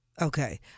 Okay